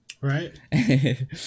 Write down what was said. Right